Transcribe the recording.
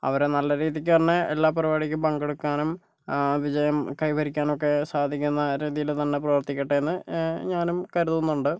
അവരെ നല്ല രീതിക്ക് തന്നെ എല്ലാ പരിപാടിക്കും പങ്കെടുക്കാനും വിജയം കൈവരിക്കാനും ഒക്കെ സാധിക്കുന്ന രീതിയിൽ തന്നെ പ്രവർത്തിക്കട്ടെ എന്ന് ഞാനും കരുതുന്നുണ്ട്